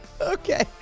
Okay